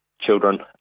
children